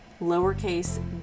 lowercase